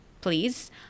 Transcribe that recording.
Please